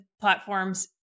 platforms